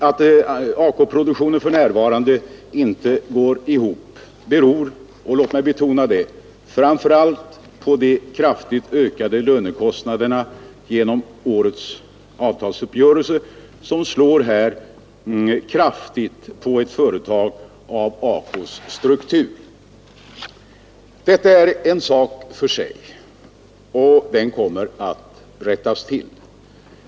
Att ACO-produktionen för närvarande inte går ihop beror — låt mig betona det — framför allt på de starkt ökade lönekostnaderna genom årets avtalsuppgörelse, som slår kraftigt på ett företag av ACO:s struktur. Detta är en sak för sig, och den kommer att rättas till.